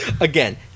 Again